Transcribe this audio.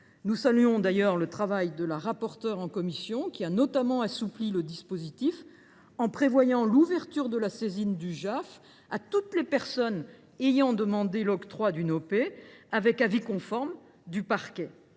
Nous saluons d’ailleurs le travail effectué en commission par Mme le rapporteur, qui a notamment assoupli le dispositif en prévoyant l’ouverture de la saisine du JAF à toutes les personnes ayant demandé l’octroi d’une OP avec avis conforme du parquet.